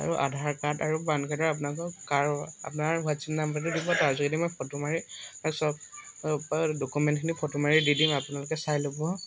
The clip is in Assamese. আৰু আধাৰ কাৰ্ড আৰু পান কাৰ্ডৰ আপোনালোকৰ কাৰ আপোনাৰ হোৱাটছএপ নাম্বাৰটো দিব তাৰ যোগেদি মই ফটো মাৰি আৰু চব ডকুমেণ্টখিনি ফটো মাৰি দি দিম আপোনালোকে চাই ল'ব